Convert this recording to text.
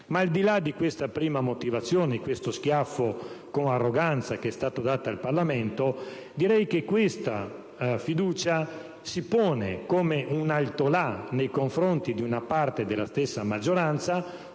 Al di là di questa prima motivazione e di questo schiaffo che con arroganza è stato dato al Parlamento, direi che questa fiducia si pone come un altolà nei confronti di una parte della stessa maggioranza